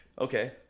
Okay